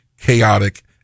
chaotic